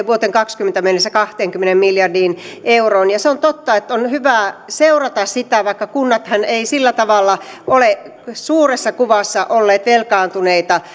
vuoteen kaksituhattakaksikymmentä mennessä kahteenkymmeneen miljardiin euroon se on totta että on hyvä seurata sitä vaikka kunnathan eivät sillä tavalla ole suuressa kuvassa olleet velkaantuneita